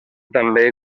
també